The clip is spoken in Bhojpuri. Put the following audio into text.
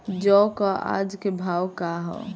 जौ क आज के भाव का ह?